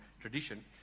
tradition